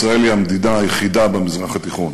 ישראל היא המדינה היחידה במזרח התיכון